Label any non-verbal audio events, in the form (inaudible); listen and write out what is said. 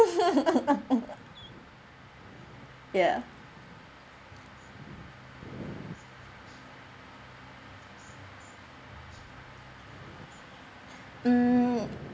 (laughs) ya mm